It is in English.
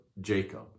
Jacob